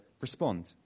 respond